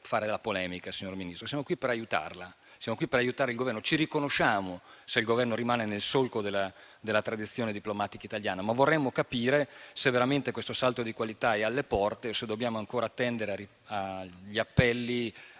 siamo qui per aiutarla e per aiutare il Governo; ci riconosciamo se il Governo rimane nel solco della tradizione diplomatica italiana, ma vorremmo capire se veramente questo salto di qualità è alle porte o se dobbiamo ancora attendere gli appelli politici